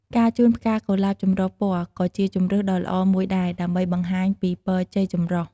ការជូនផ្កាកុលាបចម្រុះពណ៌ក៏ជាជម្រើសដ៏ល្អមួយដែរ ដើម្បីបង្ហាញពីពរជ័យចម្រុះ។